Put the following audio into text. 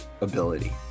ability